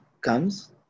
comes